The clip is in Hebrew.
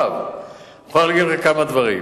אני מוכרח להגיד לך כמה דברים.